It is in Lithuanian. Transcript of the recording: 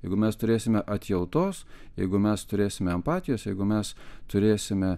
jeigu mes turėsime atjautos jeigu mes turėsime empatijos jeigu mes turėsime